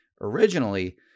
originally